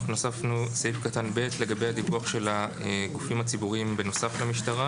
הוספנו סעיף קטן (ב) לגבי הדיווח של הגופים הציבוריים בנוסף למשטרה: